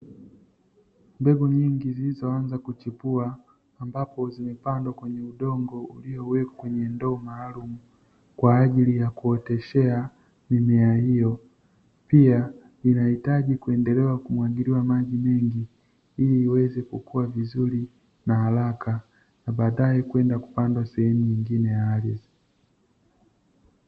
Mbegu nyingi zilizo anza kuchipua, ambapo zimepandwa kwenye udongo uliowekwa kwenye ndoo maalumu, kwa ajili ya kuoteshea mimea hiyo, pia zinahitaji kuendelea kumwagiliwa maji mengi ili iweze kukua vizuri na haraka na baadae kwenda kupandwa sehemu nyingine ya ardhi.